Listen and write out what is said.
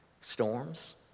storms